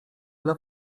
dla